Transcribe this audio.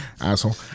asshole